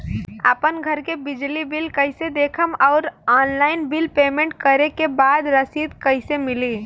आपन घर के बिजली बिल कईसे देखम् और ऑनलाइन बिल पेमेंट करे के बाद रसीद कईसे मिली?